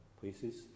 places